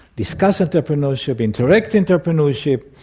discuss entrepreneurship, interact entrepreneurship,